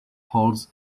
holds